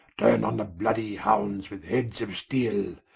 turne on the bloody hounds with heads steele,